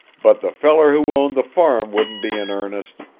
but the feller who owned the farm wouldn't be in earnest.